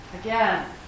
again